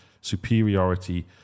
superiority